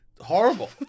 horrible